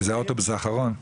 כי זה האוטובוס האחרון חזרה?